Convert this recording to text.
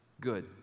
Good